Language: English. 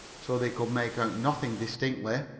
so they could make out nothing distinctly.